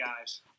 guys